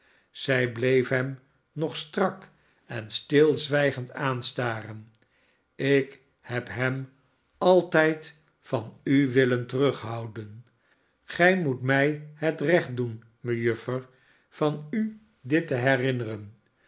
zij bleef hem nog strak en stilzwijgend aanstaren ik heb hem altijd vanu willen terughouden gij moet mij het recht doen mejuffer van u ditte herinneren